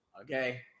okay